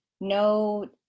no